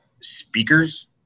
speakers